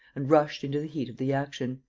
and rushed into the heat of the action.